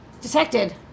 Detected